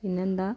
പിന്നെന്താ